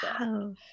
Wow